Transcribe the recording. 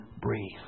breathe